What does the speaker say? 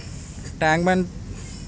tank bund